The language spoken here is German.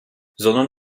sondern